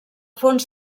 fons